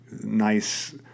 nice